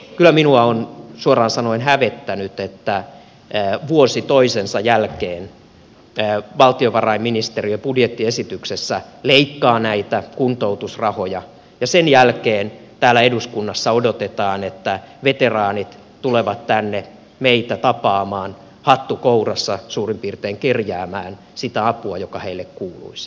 kyllä minua on suoraan sanoen hävettänyt että vuosi toisensa jälkeen valtiovarainministeriö budjettiesityksessä leikkaa näitä kuntoutusrahoja ja sen jälkeen täällä eduskunnassa odotetaan että veteraanit tulevat tänne meitä tapaamaan suurin piirtein hattu kourassa kerjäämään sitä apua joka heille kuuluisi